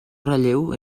relleu